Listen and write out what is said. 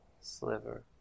sliver